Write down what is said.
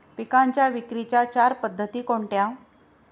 पिकांच्या विक्रीच्या चार पद्धती कोणत्या?